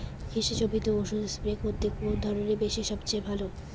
কৃষি জমিতে ওষুধ স্প্রে করতে কোন ধরণের মেশিন সবচেয়ে ভালো?